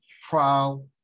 trial